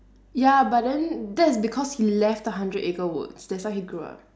ya but then that's because he left the hundred acre woods that's why he grew up